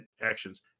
actions